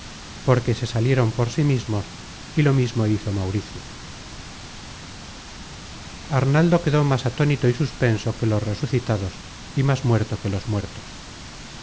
porque se salieron por sí mismos y lo mismo hizo mauricio arnaldo quedó más atónito y suspenso que los resucitados y más muerto que los muertos